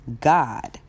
God